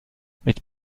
mit